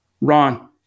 Ron